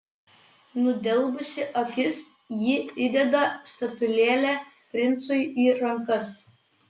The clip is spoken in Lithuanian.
nudelbusi akis ji įdeda statulėlę princui į rankas